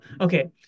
Okay